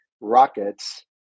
rockets